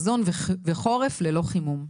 מזון וחורף ללא חימום.